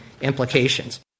implications